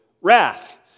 wrath